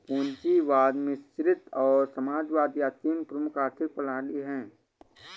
पूंजीवाद मिश्रित और समाजवाद यह तीन प्रमुख आर्थिक प्रणाली है